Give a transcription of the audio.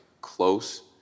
close